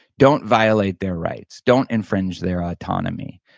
don't violate their rights, don't infringe their autonomy,